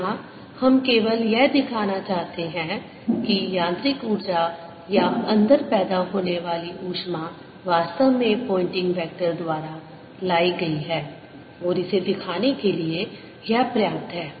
यहां हम केवल यह दिखाना चाहते हैं कि यांत्रिक ऊर्जा या अंदर पैदा होने वाली ऊष्मा वास्तव में पोयनटिंग वेक्टर द्वारा लाई गई है और इसे दिखाने के लिए यह पर्याप्त है